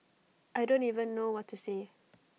I don't even know what to say